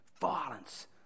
Violence